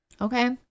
Okay